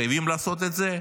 חייבים לעשות את זה,